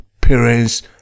parents